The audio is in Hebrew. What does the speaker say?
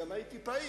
עשינו ניידת משותפת,